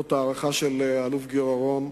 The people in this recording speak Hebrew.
זאת ההערכה של אלוף במילואים גיורא רום,